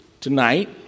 tonight